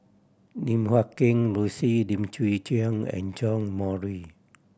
Lim Guat Kheng Rosie Lim Chwee Chian and John Morrice